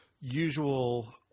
usual